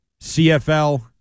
CFL